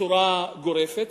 בצורה גורפת,